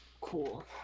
Cool